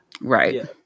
Right